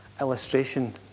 illustration